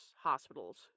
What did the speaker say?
hospitals